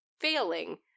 failing